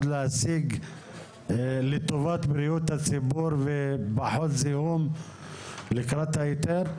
להשיג לטובת בריאות הציבור ופחות זיהום לקראת ההיתר?